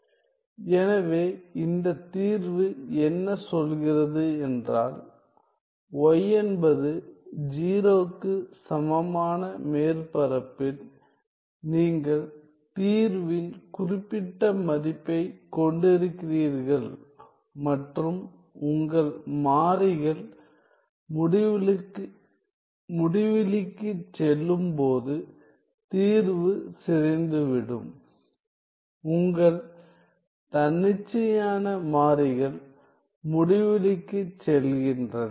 S எனவே இந்த தீர்வு என்ன சொல்கிறது என்றால் yஎன்பது 0க்கு சமமான மேற்பரப்பில் நீங்கள் தீர்வின் குறிப்பிட்ட மதிப்பைக் கொண்டிருக்கிறீர்கள் மற்றும் உங்கள் மாறிகள் முடிவிலிக்குச் செல்லும்போது தீர்வு சிதைந்துவிடும் உங்கள் தன்னிச்சையான மாறிகள் முடிவிலிக்குச் செல்கின்றன